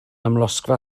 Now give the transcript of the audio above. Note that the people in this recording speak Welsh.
amlosgfa